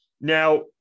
Now